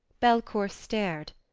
belcour stared.